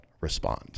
respond